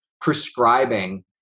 prescribing